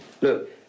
Look